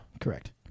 Correct